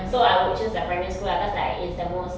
so I would choose the primary school lah cause like it's the most